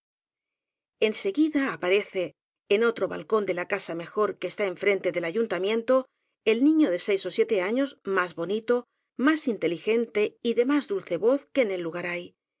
en seguida aparece en otro balcón de la casa mejor que está enfrente del ayuntamiento el niño de seis ó siete años más bonito más inteligente y de más dulce voz que en el lugar hay